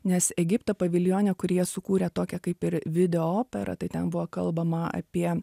nes egipto paviljone kur jie sukūrė tokią kaip ir video operą tai ten buvo kalbama apie